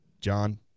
John